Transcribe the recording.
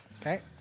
Okay